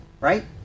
right